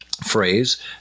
phrase